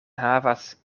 havas